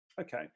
Okay